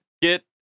get